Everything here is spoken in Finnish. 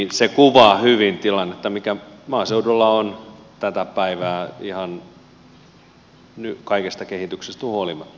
se kuvaa hyvin tilannetta mikä maaseudulla on tätä päivää ihan kaikesta kehityksestä huolimatta